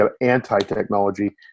anti-technology